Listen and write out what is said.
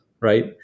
right